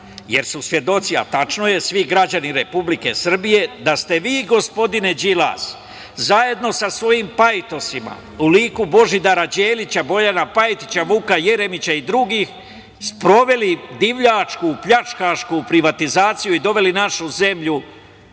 jer su svedoci svi građani Republike Srbije, da ste vi, gospodine Đilas, zajedno sa svojim pajtosima u liku Božidara Đelića, Bojana Pajtića, Vuka Jeremića i drugih, sproveli divljačku pljačkašku privatizaciju i doveli našu zemlju